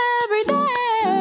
everyday